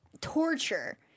torture